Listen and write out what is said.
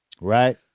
right